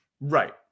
Right